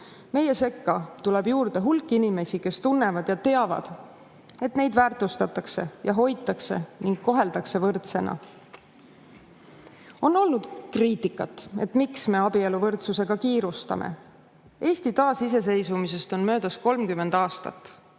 Meie sekka tuleb juurde hulk inimesi, kes tunnevad ja teavad, et neid väärtustatakse ja hoitakse ning koheldakse võrdsena. On olnud kriitikat, miks me abieluvõrdsusega kiirustame. Eesti taasiseseisvumisest on möödas 30 aastat.